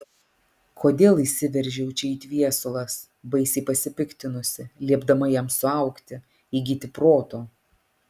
kodėl įsiveržiau čia it viesulas baisiai pasipiktinusi liepdama jam suaugti įgyti proto